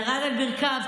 ירד על ברכיו,